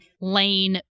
lane